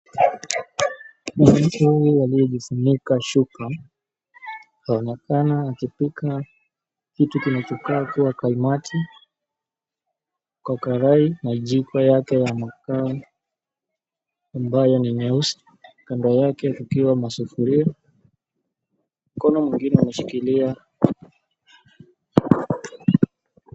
Mwanamke huyu aliyejifunika shuka anaonekana akipika kitu kinachokaa kaimati kwa karai na jiko yake ya makaa ambayo ni nyeusi kando, yake vikiwa masufuria mkono mwingine umeshikilia...